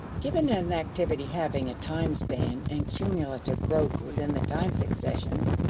given an activity having a time span and cumulative growth within the time succession,